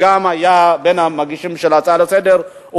גם הוא היה בין המגישים של ההצעות לסדר-היום.